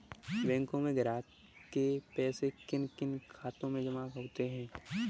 बैंकों में ग्राहकों के पैसे किन किन खातों में जमा होते हैं?